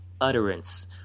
utterance